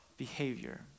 behavior